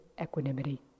equanimity